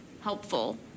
helpful